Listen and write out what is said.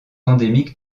endémique